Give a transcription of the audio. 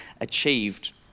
achieved